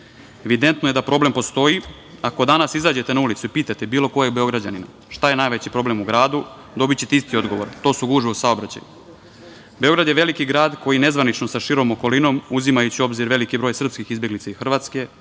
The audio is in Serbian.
Evidentno je da problem postoji. Ako danas izađete na ulicu i pitate bilo kojeg Beograđanina - šta je najveći problemu u gradu, dobićete isti odgovor - to su gužve u saobraćaju. Beograd je veliki grad koji nezvanično sa širom okolinom, uzimajući u obzir veliki broj srpskih izbeglica iz Hrvatske,